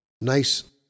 nice